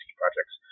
projects